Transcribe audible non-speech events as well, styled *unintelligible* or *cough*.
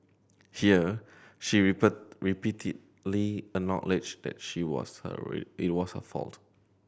here she *unintelligible* repeatedly acknowledged that she was hurry it was her fault